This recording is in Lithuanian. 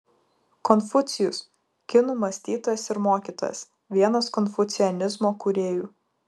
konfucijus kinų mąstytojas ir mokytojas vienas konfucianizmo kūrėjų